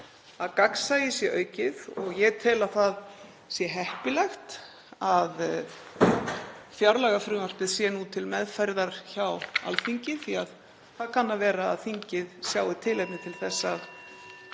að gagnsæið sé aukið. Ég tel að það sé heppilegt að fjárlagafrumvarpið sé nú til meðferðar hjá Alþingi því að það kann að vera að þingið sjái tilefni (Forseti